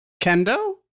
Kendo